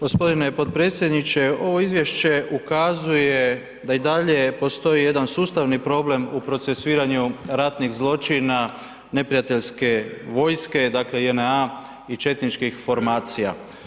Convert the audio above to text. Gospodine potpredsjedniče ovo izvješće ukazuje da i dalje postoji jedan sustavni problem u procesuiranju ratnih zločina neprijateljske vojske, dakle JNA i četničkih formacija.